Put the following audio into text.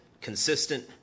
consistent